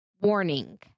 Warning